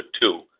two